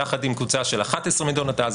יחד עם קבוצה של 11 מדינות אז,